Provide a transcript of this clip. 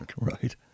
Right